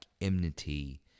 enmity